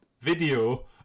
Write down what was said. video